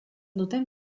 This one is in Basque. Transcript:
duten